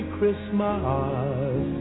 Christmas